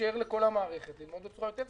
לאפשר לכל המערכת ללמוד בצורה יותר סדירה.